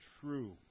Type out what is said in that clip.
true